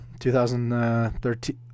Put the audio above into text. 2013